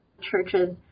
churches